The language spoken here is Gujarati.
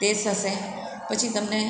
તે થશે પછી તમને